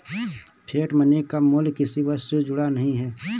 fiat money का मूल्य किसी वस्तु से जुड़ा नहीं है